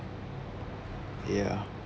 ya